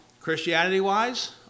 Christianity-wise